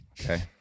Okay